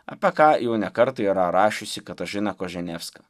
apie ką jau ne kartą yra rašiusi katažina koženevska